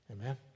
Amen